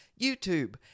YouTube